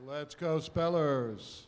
let's go speller